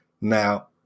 Now